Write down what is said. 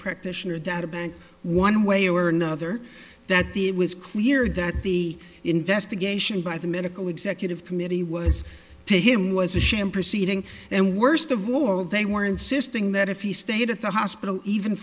practitioner data bank one way or another that the it was clear that the investigation by the medical executive committee was take him was a sham proceeding and worst of all they were insisting that if he stayed at the hospital even